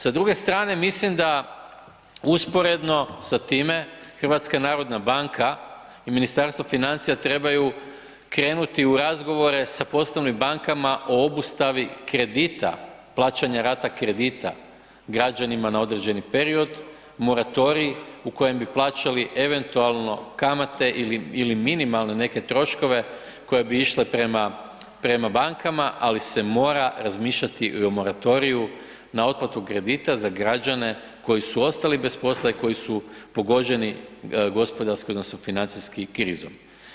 Sa druge strane mislim da usporedno sa time HNB i Ministarstvo financija trebaju krenuti u razgovore sa poslovnim bankama o obustavi kredita, plaćanja rata kredita građanima na određeni period, moratorij u kojem bi plaćali eventualno kamate ili minimalne neke troškove koje bi išli prema bankama ali se mora razmišljati i o moratoriju na otplatu kredita za građane koji su ostali bez posla i koji su pogođeni gospodarski odnosno financijskom krizom.